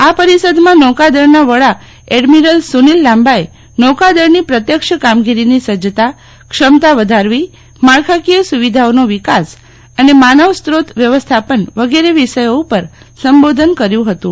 આ પરીષદમાં નૌકાદળના વડા એડમિરલ સુનિલ લામ્બાએ નૌકાદળની પ્રત્યક્ષ કામગીરીની સજજતા ક્ષમતા વધારવી માળખાકીય સુવિધાઓનો વિકાસ અને માનવસ્નોત વ્યવસ્થાપન વગેરે વિષયો ઉપર સંબોધન કર્યું હતું